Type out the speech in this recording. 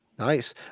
Nice